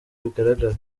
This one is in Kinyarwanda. bigaragara